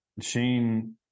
Shane